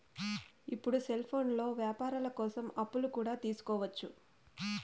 ఇప్పుడు సెల్ఫోన్లో వ్యాపారాల కోసం అప్పులు కూడా తీసుకోవచ్చు